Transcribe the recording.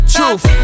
Truth